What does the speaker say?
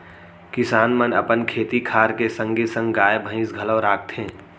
किसान मन अपन खेती खार के संगे संग गाय, भईंस घलौ राखथें